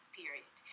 period